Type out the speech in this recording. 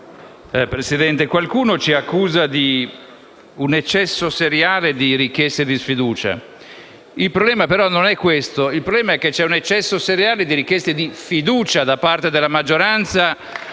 Presidente, qualcuno ci accusa di eccesso seriale di richiesta di sfiducia. Il problema non è questo, ma il fatto che c'è un eccesso seriale di richieste di fiducia da parte della maggioranza